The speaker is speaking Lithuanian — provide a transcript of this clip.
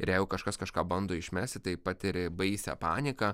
ir jeigu kažkas kažką bando išmesti tai patiria baisią paniką